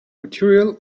material